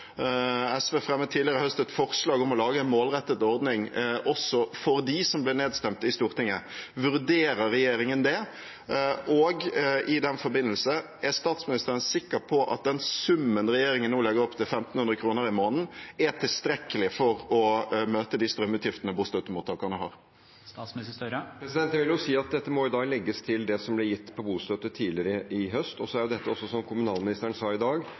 SV fremmet tidligere i høst et forslag om å lage en målrettet ordning også for dem, som ble nedstemt i Stortinget. Vurderer regjeringen det? Og i den forbindelse: Er statsministeren sikker på at den summen regjeringen nå legger opp til, 1 500 kr i måneden, er tilstrekkelig for å møte de strømutgiftene bostøttemottakerne har? Jeg vil si at dette må legges til det som ble gitt på bostøtte tidligere i høst. Dette er også, som kommunalministeren sa i dag,